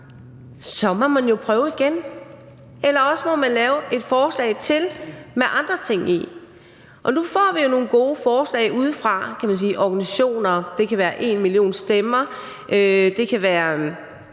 Så må man jo prøve igen, eller også må man lave et forslag til med andre ting i. Nu får vi jo nogle gode forslag ude fra, kan man sige, organisationer – det kan være enmillionstemmer, det kan være